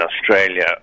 australia